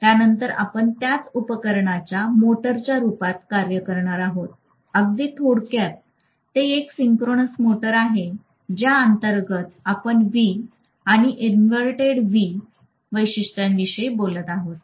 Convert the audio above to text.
त्यानंतर आपण त्याच उपकरणच्या मोटरच्या रूपात कार्य करणार आहोत अगदी थोडक्यात ते एक सिंक्रोनस मोटर आहे ज्या अंतर्गत आपण व्ही आणि इन्व्हर्टेड व्ही वैशिष्ट्यांविषयी बोलत आहोत